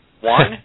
One